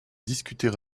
discuter